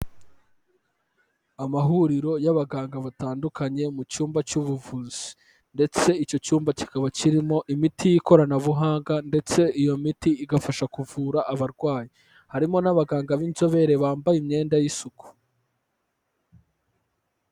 Amahuriro y'abaganga batandukanye mu cyumba cy'ubuvuzi, ndetse icyo cyumba kikaba kirimo imiti y'ikoranabuhanga ndetse iyo miti igafasha kuvura abarwayi, harimo n'abaganga b'inzobere bambaye imyenda y'isuku.